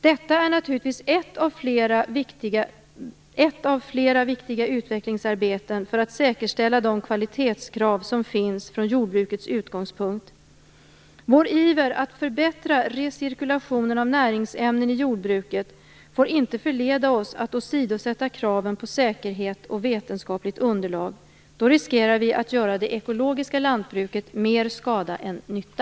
Detta är naturligtvis ett av flera viktiga utvecklingsarbeten för att säkerställa de kvalitetskrav som finns från jordbrukets utgångspunkt. Vår iver att förbättra recirkulationen av näringsämnen i jordbruket får inte förleda oss att åsidosätta kraven på säkerhet och vetenskapligt underlag. Då riskerar vi att göra det ekologiska lantbruket mer skada än nytta.